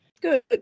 good